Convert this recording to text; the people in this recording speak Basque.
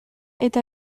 eta